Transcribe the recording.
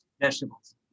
Vegetables